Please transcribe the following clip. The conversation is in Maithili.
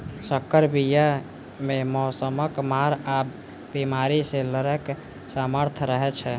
सँकर बीया मे मौसमक मार आ बेमारी सँ लड़ैक सामर्थ रहै छै